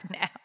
now